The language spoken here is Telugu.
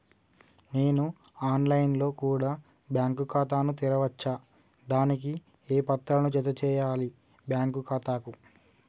నేను ఆన్ లైన్ లో కూడా బ్యాంకు ఖాతా ను తెరవ వచ్చా? దానికి ఏ పత్రాలను జత చేయాలి బ్యాంకు ఖాతాకు?